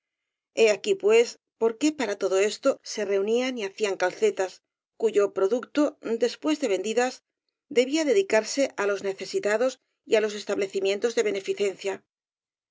aquí pues por qué para todo esto se reunían y hacían calcetas cuyo producto después de vendidas debía dedicarse á los necesitados y á los establecimientos de beneficencia